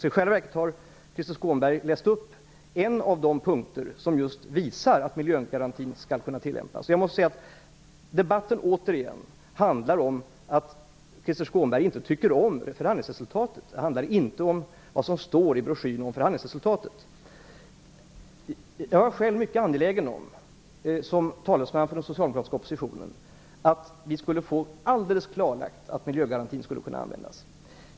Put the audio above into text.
Det Krister Skånberg har läst upp är i själva verket en av de punkter som visar att miljögarantin skall kunna tillämpas. Jag måste återigen säga att vad debatten handlar om är att Krister Skånberg inte tycker om förhandlingsresultatet. Den handlar inte om vad som står i broschyren om förhandlingsresultatet. Som talesman för den socialdemokratiska oppositionen var jag mycket angelägen om att vi skulle få alldeles klarlagt att miljögarantin skulle kunna användas.